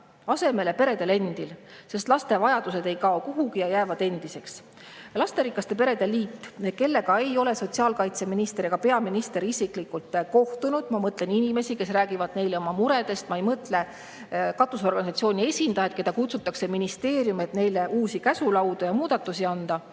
asemele leida peredel endil, sest laste vajadused ei kao kuhugi, need jäävad endiseks. Lasterikaste perede liit, kellega ei ole sotsiaalkaitseminister ega peaminister isiklikult kohtunud – ma mõtlen inimesi, kes räägivad neile oma muredest, ma ei mõtle katusorganisatsiooni esindajaid, keda kutsutakse ministeeriumi, et neile uusi käsulaudu ja muudatusi ette